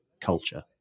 culture